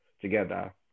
together